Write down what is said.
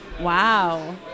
Wow